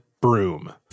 broom